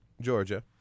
Georgia –